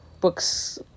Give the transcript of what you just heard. books